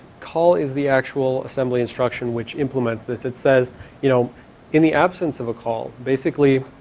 call is the actual assembly instruction which implements this, it says you know in the absence of a call, basically